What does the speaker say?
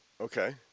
Okay